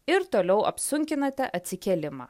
ir toliau apsunkinate atsikėlimą